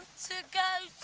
to go